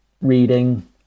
reading